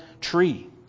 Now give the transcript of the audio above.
tree